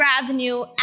revenue